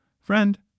Friend